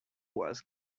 was